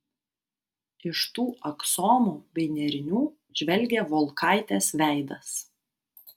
iš tų aksomų bei nėrinių žvelgė volkaitės veidas